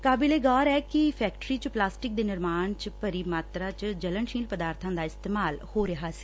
ਕਾਬਿਲੇ ਗੌਰ ਐ ਕਿ ਫੈਟਟਰੀ ਚ ਪਲਾਸਟਿਕ ਦੇ ਨਿਰਮਾਣ ਚ ਭਾਰੀ ਮਾਤਰਾ ਚ ਜਲਣਸ਼ੀਲ ਪਦਾਰਬਾਂ ਦਾ ਇਸਤੇਮਾਲ ਹੋ ਰਿਹਾ ਸੀ